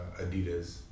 Adidas